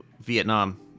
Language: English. Vietnam